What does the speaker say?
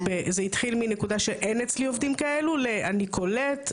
מנקודה שאין אצלי עובדים כאלו ל-אני קולט,